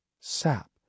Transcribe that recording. sap